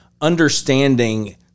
understanding